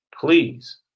please